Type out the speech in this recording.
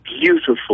beautiful